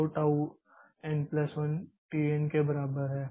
तो tau n1tau n1 t n के बराबर है